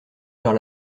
vers